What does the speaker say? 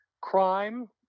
crime